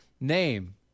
name